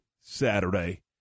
Saturday